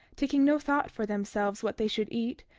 taking no thought for themselves what they should eat,